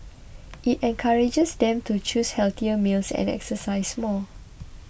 it encourages them to choose healthier meals and exercise more